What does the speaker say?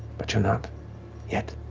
but you're not yet.